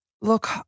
Look